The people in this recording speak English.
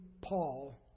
Paul